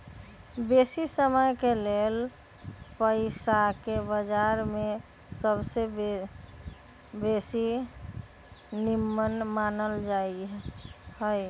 बेशी समयके लेल पइसाके बजार में सबसे बेशी निम्मन मानल जाइत हइ